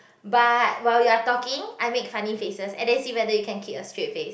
but while you're talking I make funny faces and then see whether you can keep a strict face